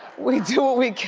we do what we can.